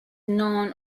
known